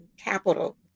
capital